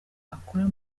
akora